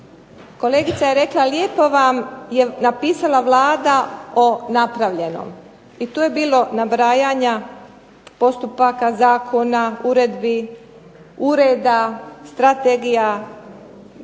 Kolegica je rekla: "Lijepo vam je napisala Vlada o napravljenom." i tu je bilo nabrajanja postupaka, zakona, uredbi, ureda, strategija,